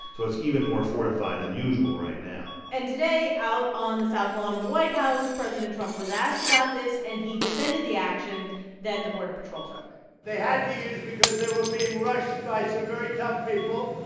so it's even more fortified than usual right now and today, out on the south lawn of the white house, president trump was asked about this, and he defended the action that the border patrol took they had to use because they were being rushed by some very tough people,